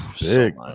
big